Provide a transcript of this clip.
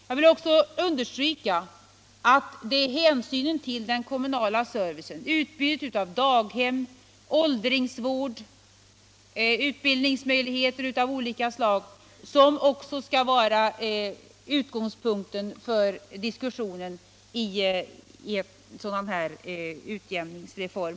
Jag vill också understryka att hänsynen till den kommunala servicen, utbud av daghem, åldringsvård, utbildningsmöjligheter av olika slag, skall vara utgångspunkten för diskussionen om en sådan här utjämningsreform.